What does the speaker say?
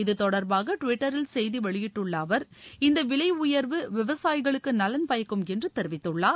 இத்தொடர்பாக டுவிட்டரில் செய்தி வெளியிட்டுள்ள அவர் இந்த விலை உயர்வு விவசாயிகளுக்கு நலன் பயக்கும் என்று தெரிவித்துள்ளார்